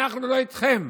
אנחנו לא איתכם.